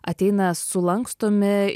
ateina sulankstomi